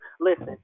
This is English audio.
listen